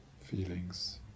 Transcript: feelings